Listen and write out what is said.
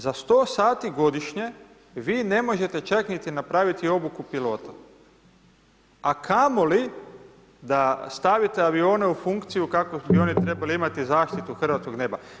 Za 100 sati godišnje, vi ne možete čak niti napraviti obuku pilota, a kamoli, da stavite avione u funkciju kakve bi one trebale imati zaštitu hrvatskog neba.